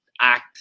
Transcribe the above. act